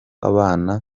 abana